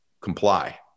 comply